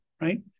right